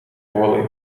голий